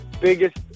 biggest